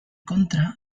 contra